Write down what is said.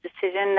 decision